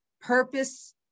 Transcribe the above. purpose